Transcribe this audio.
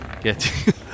Get